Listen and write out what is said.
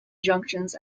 junctions